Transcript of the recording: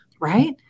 Right